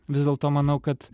vis dėlto manau kad